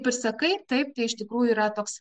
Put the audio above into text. pasakai taip tai iš tikrųjų yra toks